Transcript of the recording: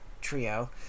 trio